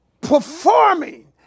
performing